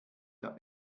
der